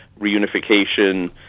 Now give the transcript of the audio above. Reunification